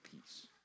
peace